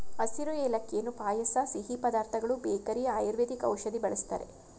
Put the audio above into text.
ಹಸಿರು ಏಲಕ್ಕಿಯನ್ನು ಪಾಯಸ ಸಿಹಿ ಪದಾರ್ಥಗಳು ಬೇಕರಿ ಆಯುರ್ವೇದಿಕ್ ಔಷಧಿ ಬಳ್ಸತ್ತರೆ